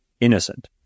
innocent